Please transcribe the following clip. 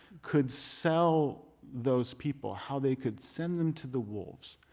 could sell those people, how they could send them to the wolves.